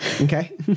okay